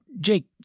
Jake